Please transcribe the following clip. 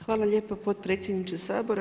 Hvala lijepo potpredsjedniče Sabora.